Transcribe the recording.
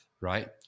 Right